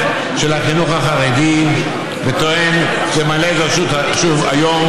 של החינוך החרדי וטוען ומעלה את זה שוב היום,